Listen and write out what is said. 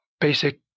basic